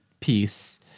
piece